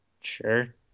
Sure